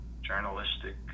journalistic